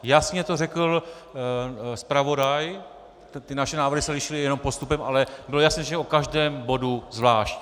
Jasně to řekl zpravodaj, ty naše návrhy se lišily jenom postupem, ale bylo jasné, že o každém bodu zvlášť.